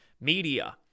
media